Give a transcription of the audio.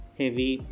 heavy